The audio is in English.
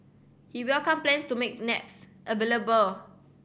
he welcomed plans to make naps available